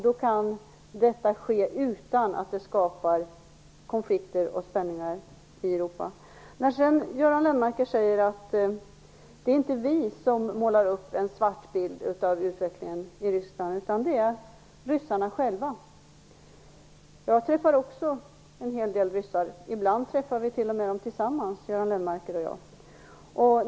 Då kan detta ske utan att det skapar konflikter och spänningar i Europa. Göran Lennmarker säger att det inte är ni som målar upp en svart bild av utvecklingen i Ryssland, utan det är ryssarna själva. Jag träffar också en hel del ryssar, ibland tillsammans med Göran Lennmarker.